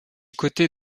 côté